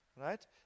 right